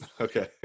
Okay